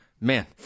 Man